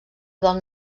del